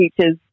teachers